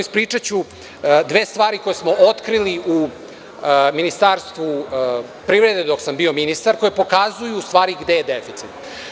Ispričaću dve stvari koje smo otkrili u Ministarstvu privrede dok sam bio ministar, koje pokazuju u stvari gde je deficit.